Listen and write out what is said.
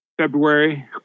February